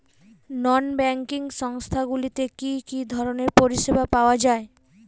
নন banking সংস্থা গুলিতে কি কি ধরনের পরিসেবা পাওয়া য়ায়?